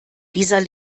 dieser